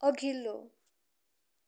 अघिल्लो